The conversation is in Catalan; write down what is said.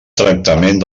tractament